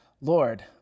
Lord